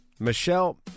Michelle